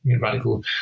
radical